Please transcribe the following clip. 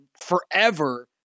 forever